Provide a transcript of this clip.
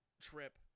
trip